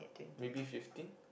maybe fifteen